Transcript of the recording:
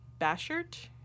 bashert